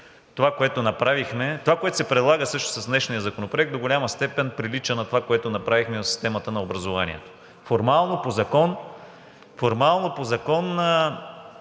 Това, което се предлага с днешния законопроект, прилича на това, което направихме в системата на образованието – формално по закон